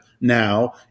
now